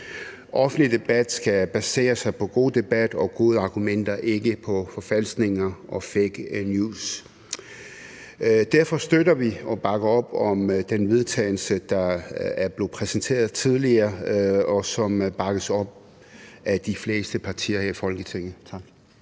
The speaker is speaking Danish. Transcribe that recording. Offentlig debat skal basere sig på god debat og gode argumenter, ikke på forfalskninger og fake news. Derfor støtter vi og bakker op om det forslag til vedtagelse, der er blevet præsenteret tidligere, og som bakkes op af de fleste partier her i Folketinget. Tak.